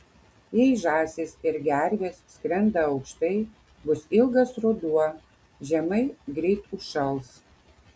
jei žąsys ir gervės skrenda aukštai bus ilgas ruduo žemai greit užšals